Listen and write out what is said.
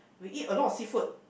we eat a lot of seafood